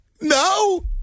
No